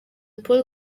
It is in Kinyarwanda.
paul